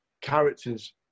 characters